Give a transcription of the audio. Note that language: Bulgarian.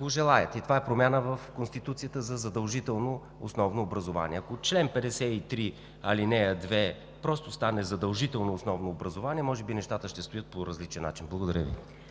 го желаят и това е промяна в Конституцията за задължително основно образование. Ако в чл. 53, ал. 2 просто стане задължително основното образование, може би нещата ще стоят по различен начин. Благодаря Ви.